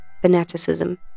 fanaticism